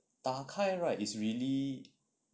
打开 right is really